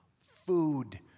Food